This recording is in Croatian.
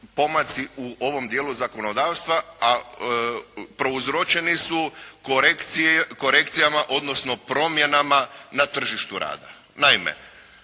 pomaci u ovom dijelu zakonodavstva a prouzročeni su korekcijama odnosno promjenama na tržištu rada. Naime,